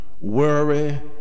worry